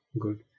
good